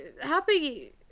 happy